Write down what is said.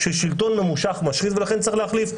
ששלטון ממושך משחית ולכן צריך להחליף.